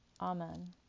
Amen